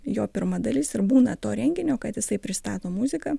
jo pirma dalis ir būna to renginio kad jisai pristato muziką